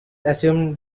assumed